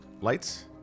lights